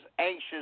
anxious